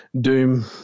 doom